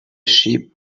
sheep